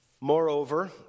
moreover